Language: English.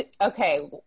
okay